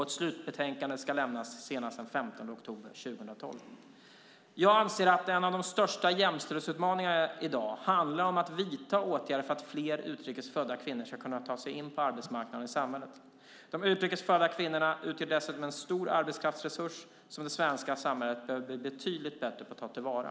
Ett slutbetänkande ska lämnas senast den 15 oktober 2012. Jag anser att en av de största jämställdhetsutmaningarna vi har i dag handlar om att vidta åtgärder för att fler utrikesfödda kvinnor ska kunna ta sig in på arbetsmarknaden och i samhället. De utrikesfödda kvinnorna utgör dessutom en stor arbetskraftsresurs som det svenska samhället behöver bli betydligt bättre på att ta till vara.